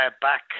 back